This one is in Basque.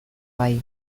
bai